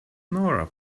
nora